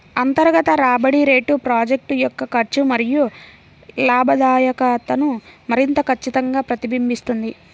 అంతర్గత రాబడి రేటు ప్రాజెక్ట్ యొక్క ఖర్చు మరియు లాభదాయకతను మరింత ఖచ్చితంగా ప్రతిబింబిస్తుంది